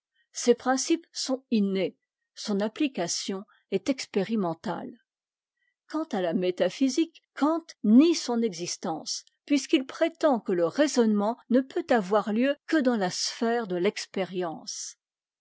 ses principes sont innés son application est expérimentale quant à la métaphysique kant nie son existence puisqu'i prétend que le raisonnement ne peut avoir lieu que dans la sphère de fexpérience